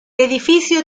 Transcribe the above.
edificio